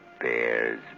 bears